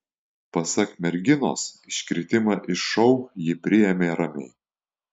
pasak merginos iškritimą iš šou ji priėmė ramiai